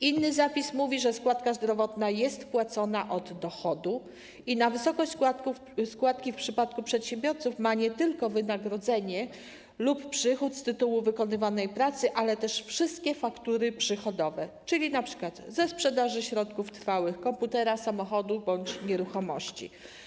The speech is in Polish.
Inny zapis mówi, że składka zdrowotna jest płacona od dochodu i na wysokość składki w przypadku przedsiębiorców ma wpływ nie tylko wynagrodzenie lub przychód z tytułu wykonywanej pracy, ale też wszystkie faktury przychodowe, czyli np. ze sprzedaży środków trwałych: komputera, samochodu bądź nieruchomości.